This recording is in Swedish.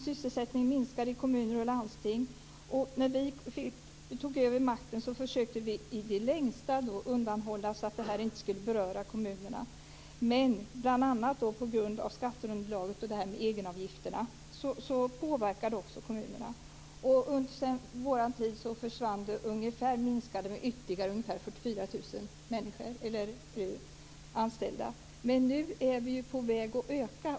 Sysselsättningen minskade i kommuner och landsting. När vi tog över makten försökte vi i det längsta undanhålla kommunerna från att bli berörda. Men bl.a. på grund av skatteunderlaget och egenavgifterna påverkades också kommunerna. Under vår tid har sysselsättningen minskat med ytterligare ungefär 44 000 anställda, men nu är siffrorna på väg att öka.